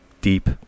deep